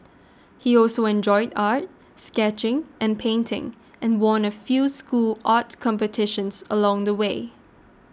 he also enjoyed art sketching and painting and won a few school art competitions along the way